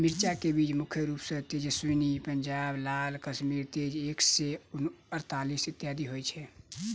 मिर्चा केँ बीज मुख्य रूप सँ तेजस्वनी, पंजाब लाल, काशी तेज एक सै अड़तालीस, इत्यादि होए छैथ?